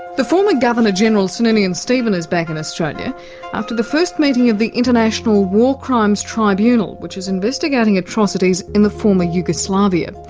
the former governor-general sir ninian stephen is back in australia after the first meeting of the international war crimes tribunal, which is investigating atrocities in the former yugoslavia.